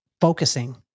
focusing